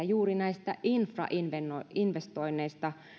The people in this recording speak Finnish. juuri näistä infrainvestoinneista